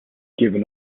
given